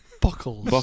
Buckles